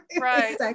Right